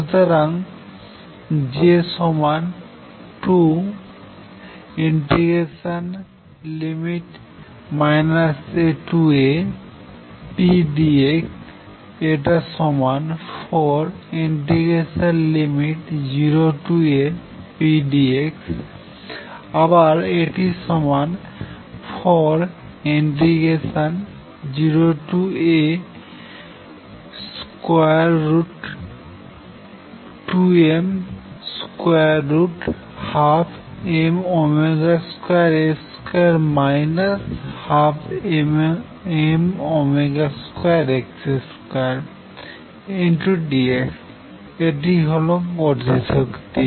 সুতরাং J সমান 2 AApdx এটা সমান 40Apdx আবার এটি সমান 40A√√dx এটিই গতিশক্তি